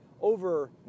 over